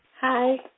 Hi